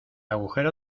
agujero